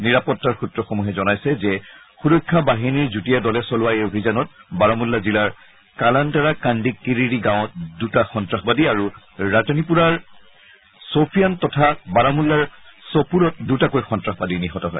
নিৰাপত্তাৰ সৃত্ৰসমূহে জনাইছে যে সুৰক্ষা বাহিনীৰ যুটীয়া দলে চলোৱা এই অভিযানত বৰমুল্লা জিলাৰ কালান্তাৰা কাণ্ডি কিৰিৰি গাঁৱত দুটা সন্তাসবাদী আৰু ৰাতনিপুৰাৰৰ চোফিয়ান তথা বাৰামুল্লাৰ ছপুৰত দুটাকৈ সন্ত্ৰাসবাদী নিহত হয়